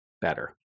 better